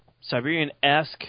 Siberian-esque